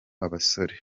abasore